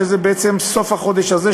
שזה בעצם סוף החודש הזה,